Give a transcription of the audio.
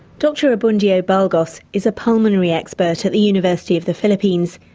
dr abundio balgos, is a pulmonary expert at the university of the philippines.